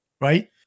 right